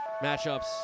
matchups